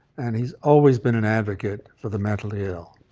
and he's always been an advocate for the mentally ill.